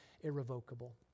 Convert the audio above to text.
irrevocable